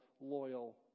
loyal